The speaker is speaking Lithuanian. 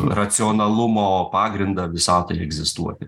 racionalumo pagrindą visatai egzistuoti